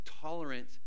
tolerant